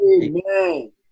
Amen